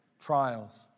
trials